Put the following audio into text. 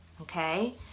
okay